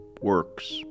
works